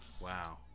Wow